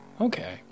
Okay